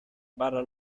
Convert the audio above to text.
barra